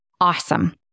awesome